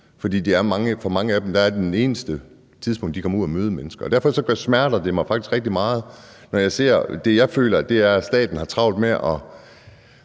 for mange af dem er det eneste tidspunkt, hvor de kommer ud og møder mennesker. Derfor smerter det mig faktisk rigtig meget, og jeg føler, at staten har travlt med at